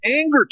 anger